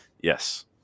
Yes